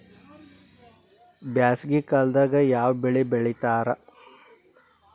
ಬ್ಯಾಸಗಿ ಕಾಲದಾಗ ಯಾವ ಬೆಳಿ ಬೆಳಿತಾರ?